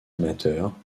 amateur